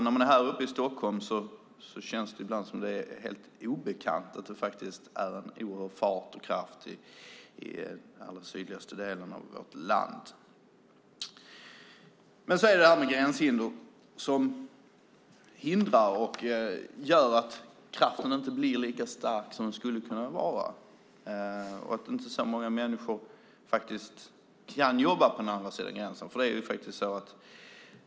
När man är här uppe i Stockholm känns det ibland som att det är helt obekant att det är en oerhörd fart och kraft i den allra sydligaste delen av vårt land. Men det finns gränshinder som gör att kraften inte blir lika stark som den skulle kunna vara och att inte så många människor kan jobba på andra sidan gränsen som skulle kunna göra det.